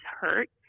hurt